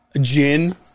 gin